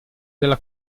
della